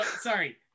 Sorry